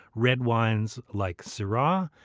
red wines like syrah,